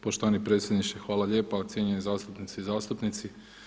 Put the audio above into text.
Poštovani predsjedniče hvala lijepa, cijenjene zastupnice i zastupnici.